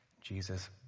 Jesus